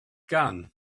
gun